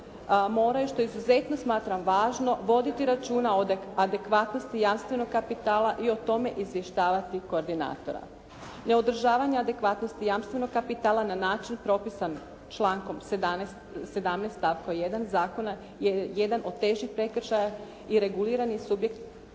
mora što izuzetno smatram važno, voditi računa o adekvatnosti jamstvenog kapitala i o tome izvještavati koordinatora. Neodržavanja adekvatnosti jamstvenog kapitala na način propisan člankom 17. stavka 1. zakona je jedan od težih prekršaja i regulirani subjekti